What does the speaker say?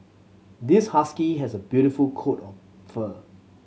this husky has a beautiful coat of fur